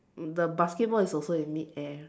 the basketball is also in mid air